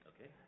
Okay